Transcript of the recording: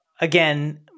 again